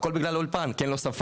הכול בגלל האולפן, כי אין לו שפה.